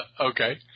Okay